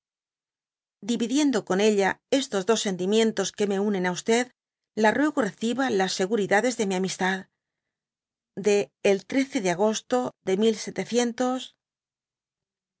dividiendo con eua estos dos sentimientos que me unen á la ruego reciba las seguridades de mi amistad de el i de agosto de dby